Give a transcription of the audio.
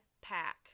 Pack